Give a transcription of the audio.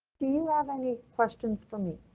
do you have any questions for me?